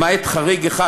למעט חריג אחד,